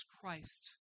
Christ